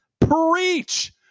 preach